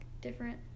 different